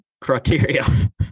criteria